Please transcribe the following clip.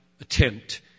attempt